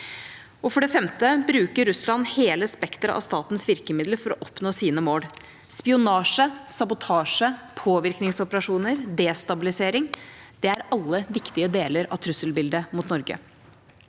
For det femte bruker Russland hele spekteret av statens virkemidler for å oppnå sine mål. Spionasje, sabotasje, påvirkningsoperasjoner og destabilisering – de er alle viktige deler av trusselbildet mot Norge.